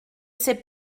c’est